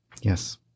Yes